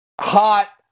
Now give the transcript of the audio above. hot